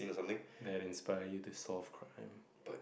that inspire you to solve crime